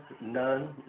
none